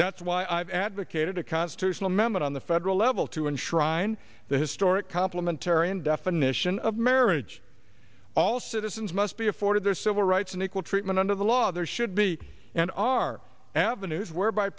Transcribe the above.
that's why i've advocated a constitutional amendment on the federal level to enshrine the historic complimentary and definition of marriage all citizens must be afforded their civil rights and equal treatment under the law there should be and are avenues whereby